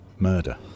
murder